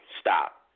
Stop